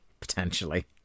potentially